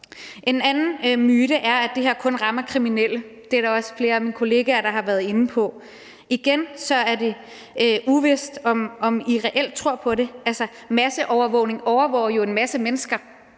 En anden myte er, at det her kun rammer kriminelle. Det er der også flere af mine kollegaer, der har været inde på. Igen er det uvist, om man reelt tror på det. Altså, masseovervågning overvåger jo en masse mennesker